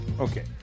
Okay